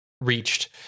reached